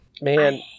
man